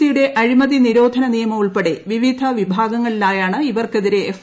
C യുടെ അഴിമതി നിരോധന നിയമം ഉൾപ്പെടെ വിവിധ വിഭാഗങ്ങളിലായാണ് ഇവർക്കെതിരെ എഫ്